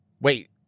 Wait